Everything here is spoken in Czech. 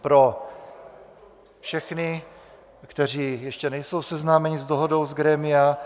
Pro všechny, kteří ještě nejsou seznámeni s dohodou z grémia.